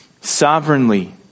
sovereignly